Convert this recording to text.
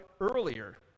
earlier